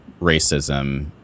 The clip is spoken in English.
racism